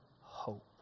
hope